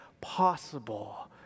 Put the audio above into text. possible